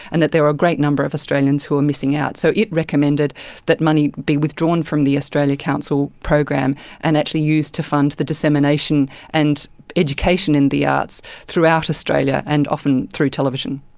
and that there were a great number of australians who were missing out. so it recommended that money be withdrawn from the australia council program and actually used to fund the dissemination and education in the arts throughout australia, and often through television.